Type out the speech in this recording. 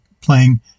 playing